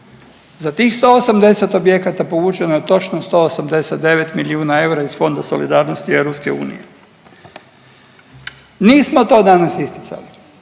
Za 180 tih objekata povučeno je točno 189 milijuna eura iz Fonda solidarnosti EU. Nismo to danas isticali